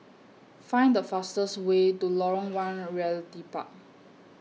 Find The fastest Way to Lorong one Realty Park